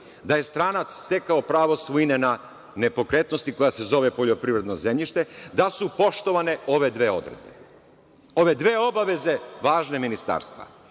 da je stranac stekao pravo svojine na nepokretnosti koja se zove poljoprivredno zemljište, da su poštovane ove dve odredbe, ove dve obaveze važne ministarstva.